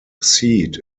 seat